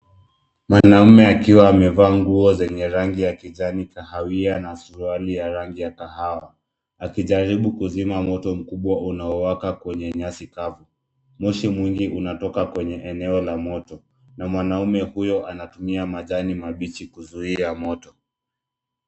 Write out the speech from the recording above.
Mwanaume akiwa amevaa nguo zenye rangi ya kijani kahawia na suruali ya rangi ya kahawa akijaribu kuzima moto mkubwa unawaka kwenye nyasi kavu. Moshi mwingi unatoka kwenye eneo la moto na mwanaume huyo anatumia majani mabichi kuzuia moto.